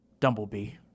Dumblebee